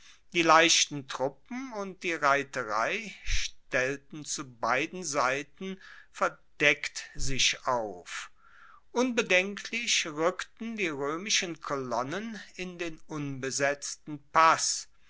die leichten truppen und die reiterei stellten zu beiden seiten verdeckt sich auf unbedenklich rueckten die roemischen kolonnen in den unbesetzten pass